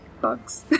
bugs